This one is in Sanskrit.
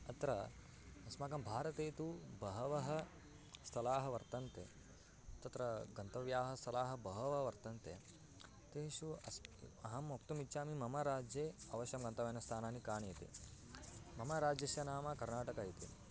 अत्र अस्माकं भारते तु बहूनि स्थलानि वर्तन्ते तत्र गन्तव्यानि स्थलानि बहूनि वर्तन्ते तेषु अस्य अहं वक्तुम् इच्छामि मम राज्ये अवश्यं गन्तव्यानि स्थानानि कानि इति मम राज्यस्य नाम कर्णाटकः इति